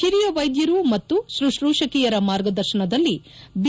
ಹಿರಿಯ ವೈದ್ಯರು ಮತ್ತು ಶುಶೂಕಿಯರ ಮಾರ್ಗದರ್ಶನದಲ್ಲಿ ಬಿ